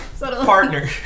partner